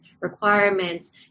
requirements